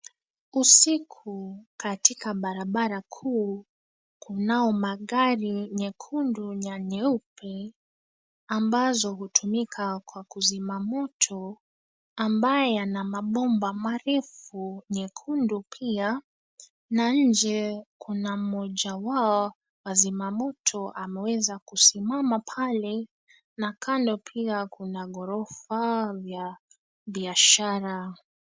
Usiku katika barabara kuu kunao magari nyekundu na nyeupe ambazo hutumika kwa kuzima moto ambayo yana mabomba marefu, nyekundu pia. Na nje kuna mmoja wa wazima moto ameweza kusimama pale na kando pia kuna ghorofa vya biashara.